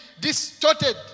distorted